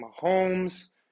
Mahomes